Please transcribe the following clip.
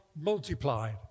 multiplied